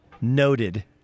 Noted